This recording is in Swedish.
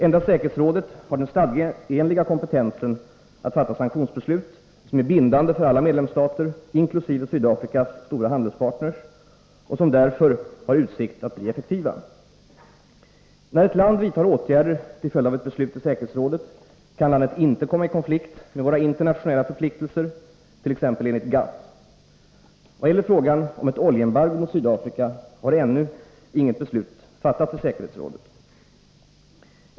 Endast säkerhetsrådet har den stadgeenliga kompetensen att fatta sanktionsbeslut som är bindande för alla medlemsstater, inkl. Sydafrikas stora handelspartners, och som därför har utsikt att bli effektiva. När ett land vidtar åtgärder till följd av ett beslut i säkerhetsrådet kan landet inte komma i konflikt med våra internationella förpliktelser, t.ex. enligt GATT. Vad gäller frågan om ett oljeembargo mot Sydafrika har ännu inget beslut fattats i säkerhetsrådet.